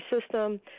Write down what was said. system